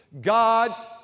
God